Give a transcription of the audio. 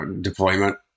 deployment